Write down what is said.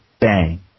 bang